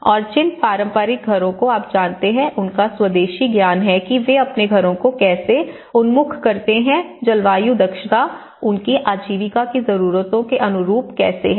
और जिन पारंपरिक घरों को आप जानते हैं उनका स्वदेशी ज्ञान है कि वे अपने घरों को कैसे उन्मुख करते हैं जलवायु दक्षता उनकी आजीविका की जरूरतों के अनुरूप कैसे है